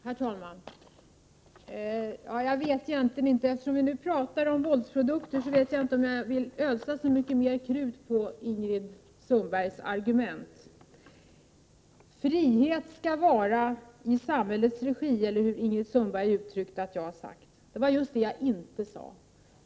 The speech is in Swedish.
Herr talman! Jag vet egentligen inte — eftersom vi nu talar om våldsprodukter — om jag vill ödsla så mycket mer krut på Ingrid Sundbergs argument. Frihet skall vara i samhällets regi — eller hur Ingrid Sundberg menade att jag skulle ha sagt. Det var just det jag inte sade.